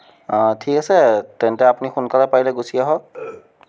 ঠিক আছে তেন্তে আপুনি সোনকালে পাৰিলে গুচি আহক